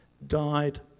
died